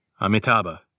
Amitabha